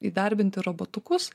įdarbinti robotukus